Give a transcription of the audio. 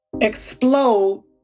explode